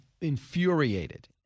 infuriated